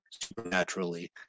supernaturally